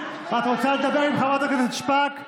את רוצה לדבר עם חברת הכנסת שפק?